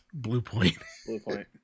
Bluepoint